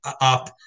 Up